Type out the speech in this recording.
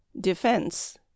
Defense